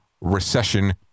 recession